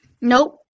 Nope